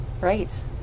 Right